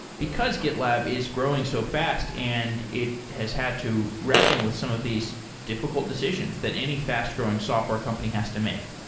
because gitlab is growing so fast and it has had to reckon with some of these difficult decisions that any fast-growing software company has to make.